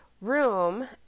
room